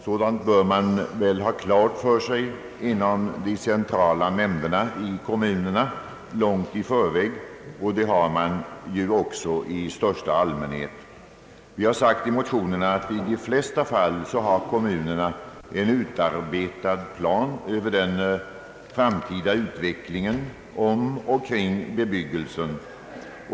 Så långt i förväg bör man ha detta klart för sig inom de centrala nämnderna i kommunerna, och det har man väl också i största allmänhet. Vi har i motionerna anfört att kommunerna i de flesta fall har en utarbetad plan över den framtida utveckling en när det gäller bebyggelsen.